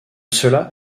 cela